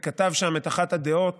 וכתב שם את אחת הדעות